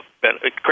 benefit